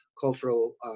cultural